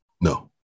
No